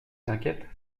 inquiète